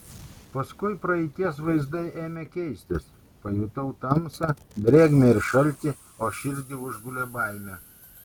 paskui praeities vaizdai ėmė keistis pajutau tamsą drėgmę ir šaltį o širdį užgulė baimė